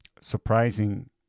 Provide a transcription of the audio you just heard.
surprising